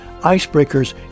Icebreakers